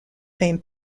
fame